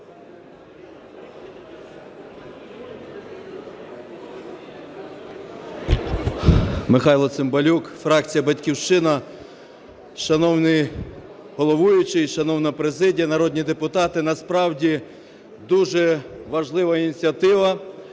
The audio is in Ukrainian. Михайло Цимбалюк, фракція "Батьківщина". Шановний головуючий шановна президія, шановні народні депутати! Справді важлива ініціатива